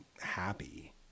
happy